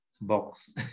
box